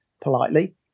politely